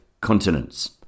continents